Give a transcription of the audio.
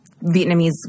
Vietnamese